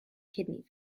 kidney